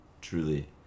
truly